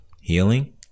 healing